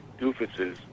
doofuses